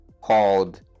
called